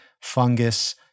fungus